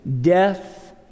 death